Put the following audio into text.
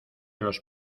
los